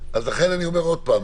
לכן אני אומר עוד פעם,